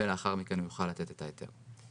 ולאחר מכן יוכל לתת את ההיתר.